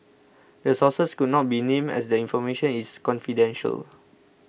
the sources could not be named as the information is confidential